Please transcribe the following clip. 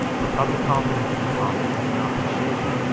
but public confidence in the comet had not been shaken.